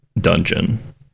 dungeon